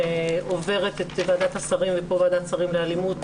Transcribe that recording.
שעוברת את ועדת השרים ופה ועדת שרים לאלימות,